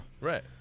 right